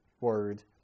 word